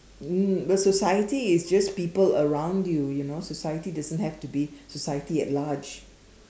um the society is just people around you you know society doesn't have to be society at large